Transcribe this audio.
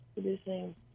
producing